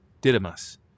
didymus